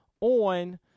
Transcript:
on